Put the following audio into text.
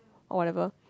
whatever